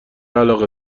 علاقه